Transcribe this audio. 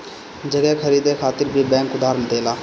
जगह खरीदे खातिर भी बैंक उधार देला